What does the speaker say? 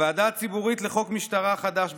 הוועדה הציבורית לחוק משטרה חדש,